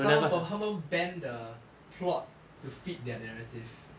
他们懂他们 bend the plot to fit their narrative